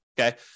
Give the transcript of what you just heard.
Okay